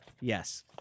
yes